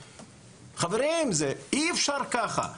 חברים, אי אפשר ככה.